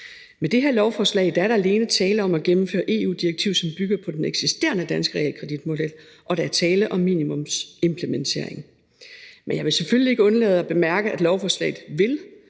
Med det her lovforslag er der alene tale om at gennemføre et EU-direktiv, som bygger på den eksisterende danske realkreditmodel, og der er tale om en minimumsimplementering. Men jeg vil selvfølgelig ikke undlade at bemærke, at lovforslaget vil